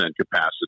capacity